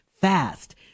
fast